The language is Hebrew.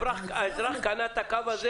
האזרח קנה את הקו הזה